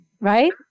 right